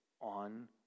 on